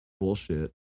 bullshit